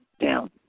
down